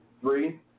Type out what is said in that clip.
three